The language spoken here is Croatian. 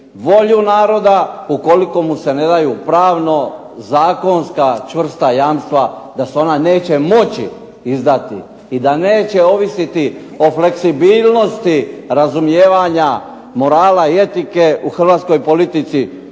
volju naroda ukoliko mu se ne daju pravno, zakonska čvrsta jamstva da se ona neće moći izdati i da neće ovisiti o fleksibilnosti razumijevanja, morala i etike u Hrvatskoj politici